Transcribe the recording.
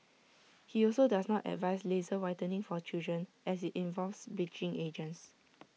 he also does not advise laser whitening for children as IT involves bleaching agents